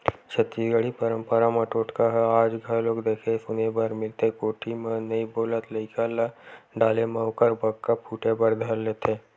छत्तीसगढ़ी पंरपरा म टोटका ह आज घलोक देखे सुने बर मिलथे कोठी म नइ बोलत लइका ल डाले म ओखर बक्का फूटे बर धर लेथे